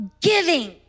giving